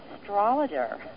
astrologer